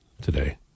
today